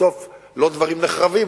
בסוף דברים לא נחרבים,